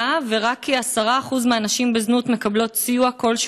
דחופה מס' 243 מאת חברת הכנסת מיכל רוזין.